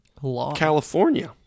California